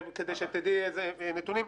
כדי שתדעי איזה נתונים.